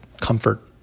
comfort